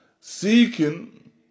seeking